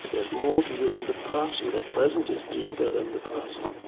there's more to you than the person. that presence is deeper than the person.